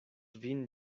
vin